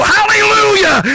Hallelujah